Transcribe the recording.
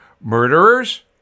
Murderers